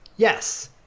yes